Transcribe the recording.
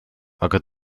aga